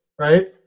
right